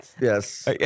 Yes